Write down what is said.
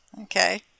Okay